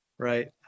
right